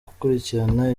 gukurikirana